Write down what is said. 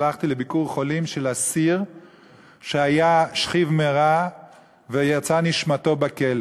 הלכתי לביקור חולים אצל אסיר שהיה שכיב מרע ויצאה נשמתו בכלא.